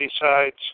decides